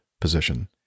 position